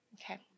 okay